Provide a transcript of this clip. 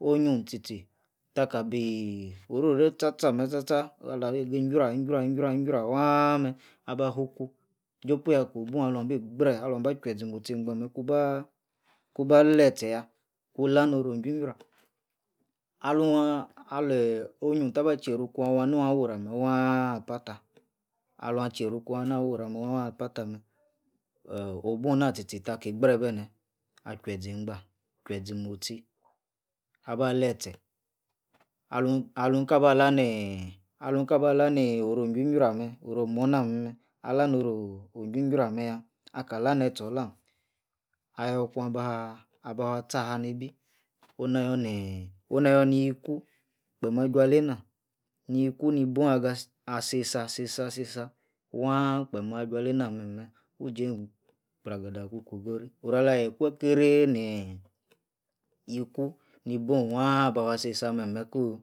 onyi tie-tie ta ka boro-ri amem sta-sta alasi jra-ijra waa mer aba fuku jopoya ko-obu alu abi mostoie egbe kua ba latie ya ku-ba la noro-ijri jra alu onyu aba teru iku awa no-awa oru amah apa ta alu atie yeru ku awa nu aworo amah apa tame obu nah-tie ta ki gbre bene ache-ze-gba zi motie aba, letie alu, kaba ala ni oru ojri-jra mem no-oro omona amem ali jra meya aka lah netie olam ayor ku ba wua asta-ka nebi ono-nayo ni yiku kpem aju alena yiku nebi aga se-sah ta se-sah waa kpem eju alena memer uja-mm gbadada ku kwo-ogii oro alahie krekreh neh yiku ni-ibuo waa aba wua asa-sah nime kooh